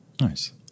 Nice